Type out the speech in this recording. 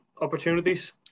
opportunities